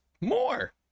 more